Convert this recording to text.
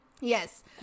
Yes